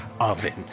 oven